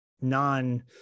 non